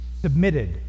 submitted